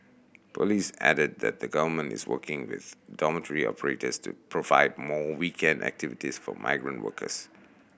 police added that the Government is working with dormitory operators to provide more weekend activities for migrant workers